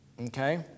Okay